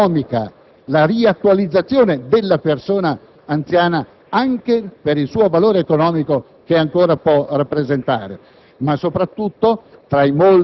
la valorizzazione economica e la riattualizzazione della persona anziana anche per il valore economico che ancora può rappresentare.